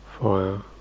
fire